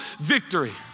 victory